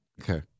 Okay